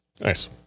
Nice